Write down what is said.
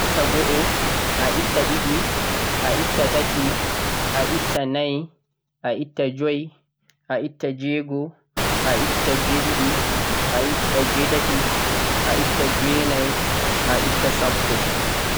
Houɗe, a'etta go'o, a'ette ɗiɗi, a'etta tati, a'etta nai, a'etta joi